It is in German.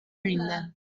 rinde